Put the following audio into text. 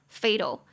fatal